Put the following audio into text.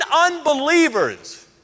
unbelievers